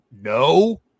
no